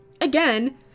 Again